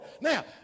Now